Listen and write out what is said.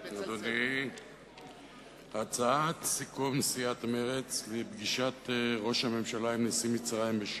הצעת סיכום מטעם סיעת מרצ בנושא פגישת ראש הממשלה עם נשיא מצרים בשארם: